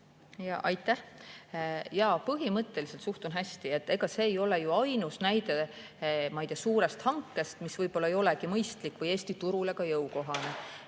Jaa, põhimõtteliselt suhtun hästi. Ega see ei ole ju ainus näide suurest hankest, mis võib-olla ei olegi mõistlik või Eesti turule jõukohane.